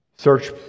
Search